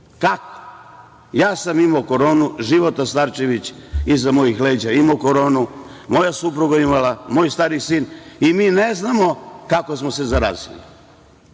Kako? Ja sam imao koronu, Života Starčević, iza mojih leđa, imao je koronu, moja supruga je imala, moj stariji sin. Mi ne znamo kako smo se zarazili.